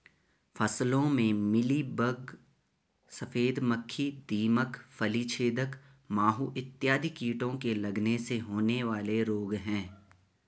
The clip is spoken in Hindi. फसलों में मिलीबग, सफेद मक्खी, दीमक, फली छेदक माहू इत्यादि कीटों के लगने से होने वाले रोग हैं